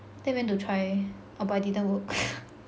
then I went to try orh but it didn't work